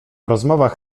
rozmowach